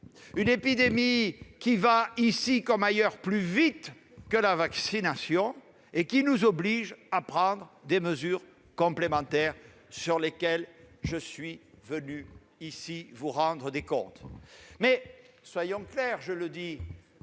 et elle va, ici comme ailleurs, plus vite que la vaccination. Elle nous oblige à prendre des mesures complémentaires sur lesquelles je suis venu vous rendre des comptes. Mais soyons clairs ! Le